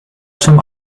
zum